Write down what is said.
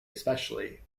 especially